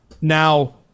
Now